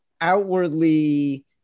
outwardly